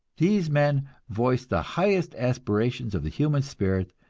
these men voiced the highest aspirations of the human spirit,